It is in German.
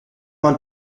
man